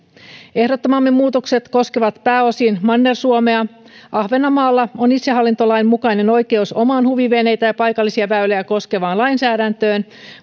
ehdottamamme muutokset koskevat pääosin manner suomea ahvenanmaalla on itsehallintolain mukainen oikeus omaan huviveneitä ja paikallisia väyliä koskevaan lainsäädäntöön